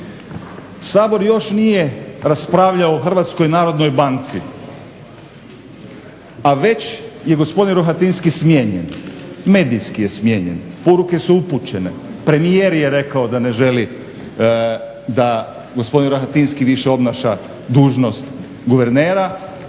Sabor još nije raspravljao o Hrvatskoj narodnoj banci, a već je gospodin Rohatinski smijenjen, medijski je smijenjen, poruke su upućene. Premijer je rekao da ne želi da gospodin Rohatinski više obnaša dužnost guvernera,